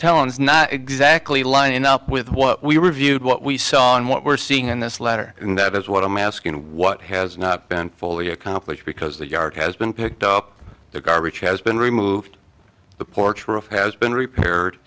telling is not exactly lining up with what we reviewed what we saw on what we're seeing in this letter and that is what i'm asking what has not been fully accomplished because the yard has been picked up the garbage has been removed the porch roof has been repaired